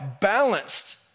balanced